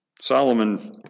Solomon